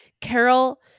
Carol